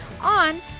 on